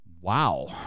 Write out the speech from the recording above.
Wow